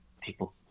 people